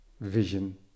vision